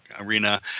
Arena